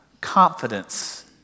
confidence